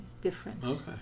difference